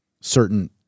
certain